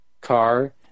car